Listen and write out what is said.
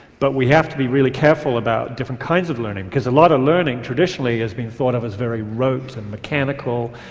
but we have to be really careful about different kinds of learning because a lot of learning traditionally has been thought of as very rote and mechanical,